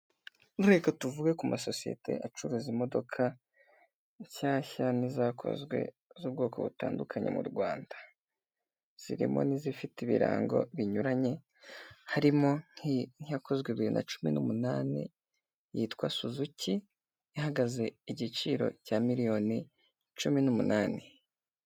Reka tuvuge ku masosiyete acuruza imodoka nshyashya n'i izakozwe z'ubwoko butandukanye mu rwanda zirimo n'izifite ibirango binyuranye harimo nkiyakozwe bibiri na cumi n'umunani yitwa suzuki ihagaze igiciro cya miliyoni cumi n'umunani.